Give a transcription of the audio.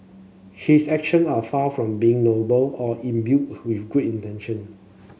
he is action are far from being noble or imbued with intention